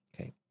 Okay